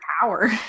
power